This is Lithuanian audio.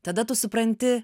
tada tu supranti